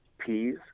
peas